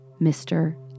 Mr